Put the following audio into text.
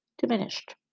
diminished